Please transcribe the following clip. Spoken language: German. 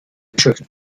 bischöfen